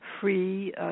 free